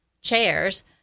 chairs